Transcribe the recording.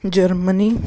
Germany